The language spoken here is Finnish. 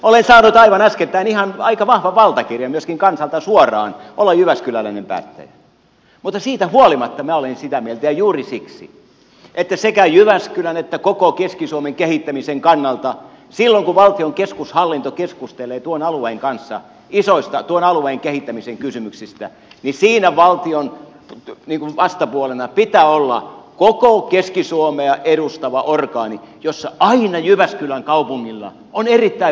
olen saanut aivan äskettäin aika vahvan valtakirjan myöskin kansalta suoraan olla jyväskyläläinen päättäjä mutta siitä huolimatta minä olen sitä mieltä ja juuri siksi että sekä jyväskylän että koko keski suomen kehittämisen kannalta silloin kun valtion keskushallinto keskustelee tuon alueen kanssa isoista tuon alueen kehittämisen kysymyksistä siinä valtion vastapuolena pitää olla koko keski suomea edustava orgaani jossa aina jyväskylän kaupungilla on erittäin vahva asema